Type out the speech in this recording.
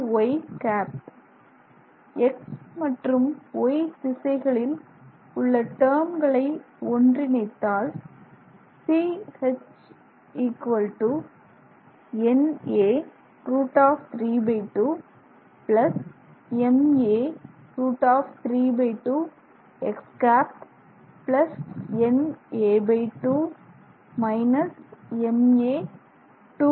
X மற்றும் Y திசைகளில் உள்ள டெர்ம்களை ஒன்றிணைத்தால் Ch na√32ma√32x ̂na2 ma2y ̂